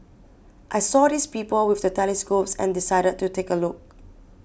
I saw these people with the telescopes and decided to take a look